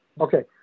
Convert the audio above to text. Okay